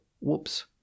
whoops